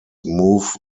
move